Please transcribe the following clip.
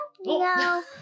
no